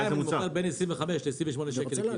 כרעיים אני מוכר בין 25 ₪ ל-28 ₪.